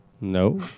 No